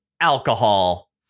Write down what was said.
alcohol